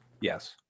Yes